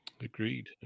Agreed